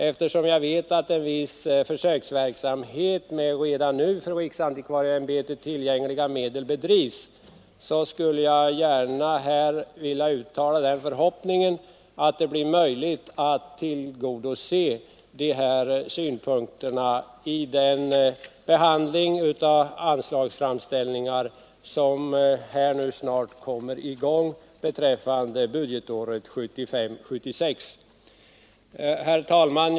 Eftersom jag vet att en viss försöksverksamhet med redan nu för riksantikvarieämbetet tillgängliga medel bedrivs, skulle jag gärna vilja uttala förhoppningen att det blir möjligt att tillgodose de här önskemålen vid den behandling av anslagsframställningar för budgetåret 1975/76 som snart kommer i gång. Herr talman!